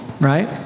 Right